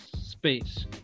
space